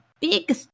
big